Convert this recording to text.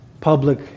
public